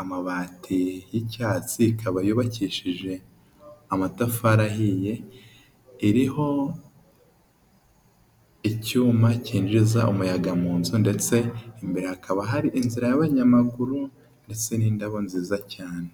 amabati y'icyatsi ikaba yubakishije amatafari ahiye iriho icyuma cyinjiza umuyaga mu nzu ndetse imbere hakaba hari inzira y'abanyamaguru ndetse n'indabo nziza cyane.